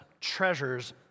treasures